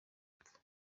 apfa